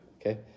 okay